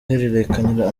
ihererekanya